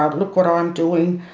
ah look what um i'm doing,